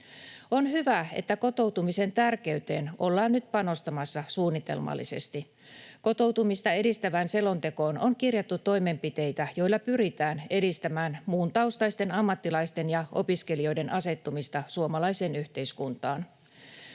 On hyvä, että kotoutumisen tärkeyteen ollaan nyt panostamassa suunnitelmallisesti. Kotoutumista edistävään selontekoon on kirjattu toimenpiteitä, joilla pyritään edistämään muuntaustaisten ammattilaisten ja opiskelijoiden asettumista suomalaiseen yhteiskuntaan.